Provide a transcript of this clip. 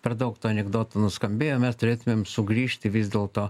per daug tų anekdotų nuskambėjo mes turėtumėm sugrįžti vis dėlto